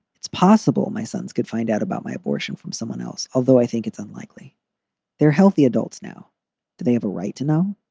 it's possible my sons could find out about my abortion from someone else, although i think it's unlikely they're healthy adults now. do they have a right to know?